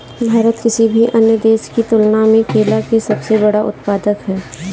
भारत किसी भी अन्य देश की तुलना में केला के सबसे बड़ा उत्पादक ह